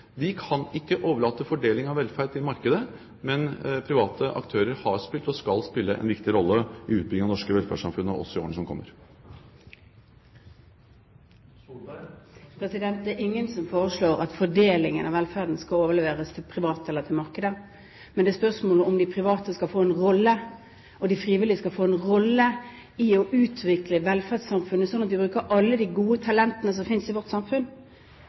Vi kan ikke overlate fordeling av velferd til markedet, men private aktører har spilt og skal spille en viktig rolle i utbyggingen av det norske velferdssamfunnet også i årene som kommer. Det er ingen som foreslår at fordelingen av velferden skal overlates til private eller til markedet, men det er spørsmål om de private skal få en rolle, om de frivillige skal få en rolle i å utvikle velferdssamfunnet, slik at vi bruker alle de gode talentene som finnes i vårt samfunn.